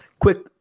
quick –